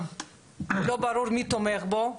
לא ברור מי תומך בו,